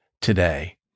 today